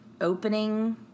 opening